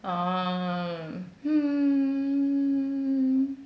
orh mm